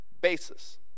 basis